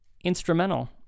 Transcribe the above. instrumental